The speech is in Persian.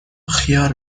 خیار